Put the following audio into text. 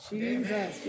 Jesus